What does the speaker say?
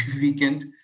weekend